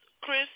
Chris